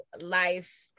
life